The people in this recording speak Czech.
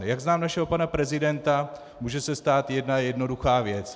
Jak znám našeho pana prezidenta, může se stát jedna jednoduchá věc.